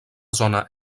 zona